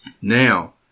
Now